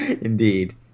Indeed